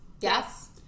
yes